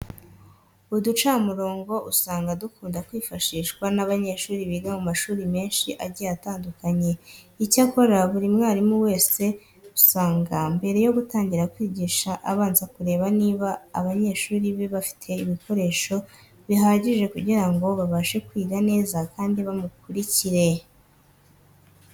Uducamurongo usanga dukunda kwifashishwa n'abanyeshuri biga mu mashuri menshi agiye atandukanye. Icyakora buri mwarimu wese usanga mbere yo gutangira kwigisha abanza kureba niba abanyeshuri be bafite ibikoresho bihagije kugira ngo babashe kwiga neza kandi banamukurikire.